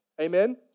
Amen